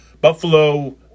Buffalo